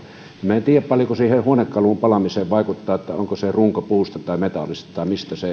minä en tiedä paljonko siihen huonekalun palamiseen vaikuttaa se onko se runko puusta vai metallista vai mistä se